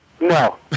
No